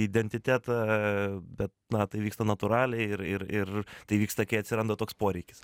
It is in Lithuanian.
identitetą bet na tai vyksta natūraliai ir ir ir tai vyksta kai atsiranda toks poreikis